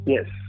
Yes